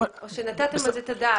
או שנתתם על זה אתה דעת?